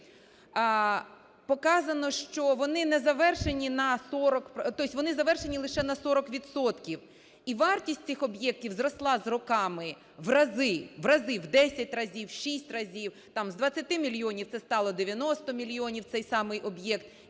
40, тобто вони завершені лише на 40 відсотків. І вартість цих об'єктів зросла з роками в рази, в рази: в 10 разів, в 6 разів, там з 20 мільйонів це стало 90 мільйонів цей самий об'єкт.